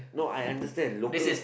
no I understand local